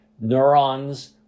neurons